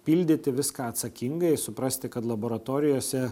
pildyti viską atsakingai suprasti kad laboratorijose